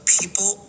people